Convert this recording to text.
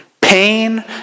pain